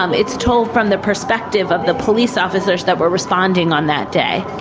um it's told from the perspective of the police officers that were responding on that day.